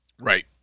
Right